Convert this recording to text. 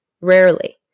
Rarely